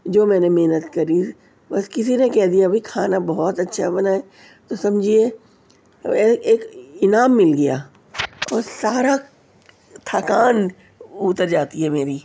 جو میں نے محنت کری بس کسی نے کہہ دیا بھائی کھانا بہت اچھا بنا ہے تو سمجھیے ایک انعام مل گیا اور سارا تھکان اتر جاتی ہے میری